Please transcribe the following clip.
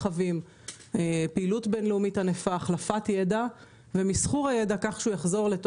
החלפה ומסחור של ידע.